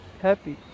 happy